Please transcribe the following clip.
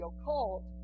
occult